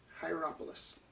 Hierapolis